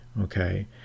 okay